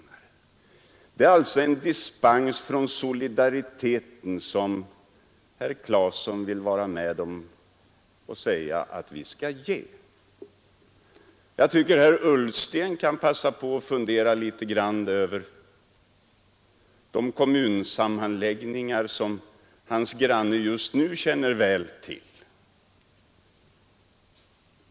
Det är alltså en dispens från solidariteten som herr Claeson är med om att hävda att vi skall ge. Jag tycker också att herr Ullsten kan passa på att fundera litet över de kommunsammanläggningar som den ledamot, som just för ögonblicket är hans bänkgranne, känner väl till.